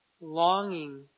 Longing